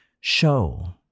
show